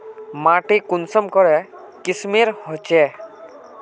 माटी कुंसम करे किस्मेर होचए?